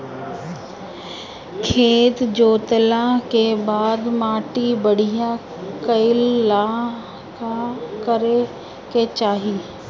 खेत जोतला के बाद माटी बढ़िया कइला ला का करे के चाही?